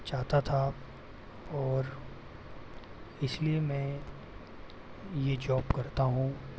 चाहता था और इसलिए मैं ये जॉब करता हूँ